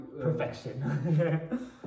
perfection